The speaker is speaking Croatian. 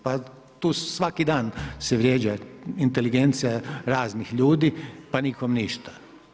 Pa tu svaki dan se vrijeđa inteligencija raznih ljudi pa nikom ništa.